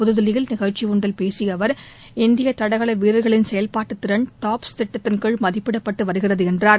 புதுதில்லியில் நிகழ்ச்சி ஒன்றில் பேசிய அவர் இந்திய தடகள வீரர்களின் செயல்பாட்டுத்திறன் டாப்ஸ் திட்டத்தின் கீழ் மதிப்பிடப்பட்டு வருகிறது என்றார்